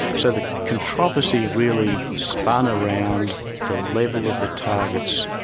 so the controversy really spun around the level of the targets,